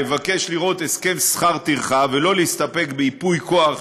לבקש לראות הסכם שכר טרחה ולא להסתפק בייפוי כוח,